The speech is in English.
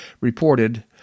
reported